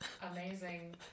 amazing